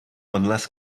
unless